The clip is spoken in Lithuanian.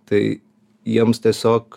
tai jiems tiesiog